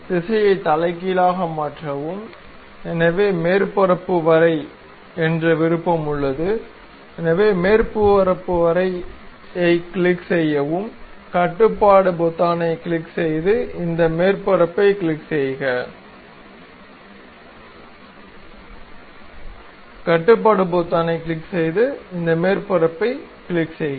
திசையைத் தலைகீழாக மாற்றவும் எனவே மேற்பரப்பு வரை' என்ற விருப்பம் உள்ளது எனவே மேற்பரப்பு வரை ஐ கிளிக் செய்யவும் கட்டுப்பாட்டு பொத்தானைக் கிளிக் செய்து இந்த மேற்பரப்பைக் கிளிக் செய்க